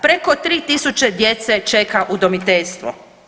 Preko 3000 djece čeka udomiteljstvo.